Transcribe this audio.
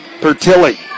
Pertilly